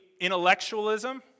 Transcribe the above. intellectualism